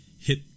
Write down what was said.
hit